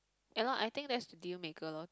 ya lor I think that's the deal maker lor